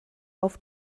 auf